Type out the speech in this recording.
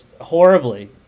horribly